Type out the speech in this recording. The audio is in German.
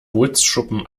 bootsschuppen